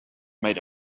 made